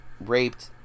raped